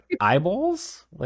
eyeballs